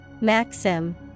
Maxim